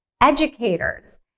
educators